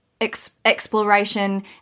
exploration